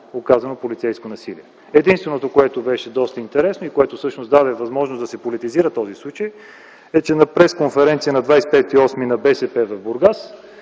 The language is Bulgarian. няма полицейско насилие. Единственото, което беше доста интересно и което всъщност даде възможност да се политизира този случай, е, че на пресконференция на 25.08.2010 г. на БСП в Бургас